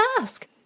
ask